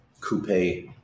coupe